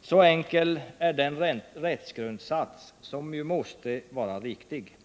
Så enkel är den rättsgrundsats som måste vara riktig.